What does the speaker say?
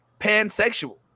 pansexual